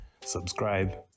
subscribe